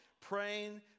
Praying